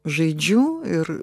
žaidžiu ir